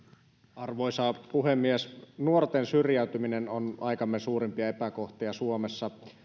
arvoisa puhemies nuorten syrjäytyminen on aikamme suurimpia epäkohtia suomessa